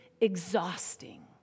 exhausting